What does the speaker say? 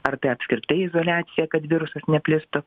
ar tai apskritai izoliacija kad virusas neplistų